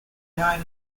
united